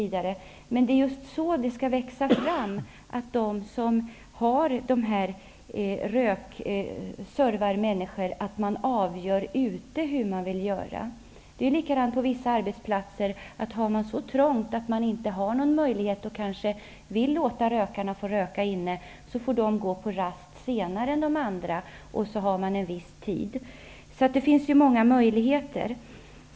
Men det är så som det skall växa fram, att de som servar människor själva skall avgöra hur de vill göra. På vissa arbetsplatser är det så trångt att det inte finns någon möjlighet att låta rökarna röka inomhus. Då får dessa gå på rast senare än icke-rökarna. Det finns många möjligheter.